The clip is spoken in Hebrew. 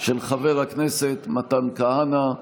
של חבר הכנסת מתן כהנא.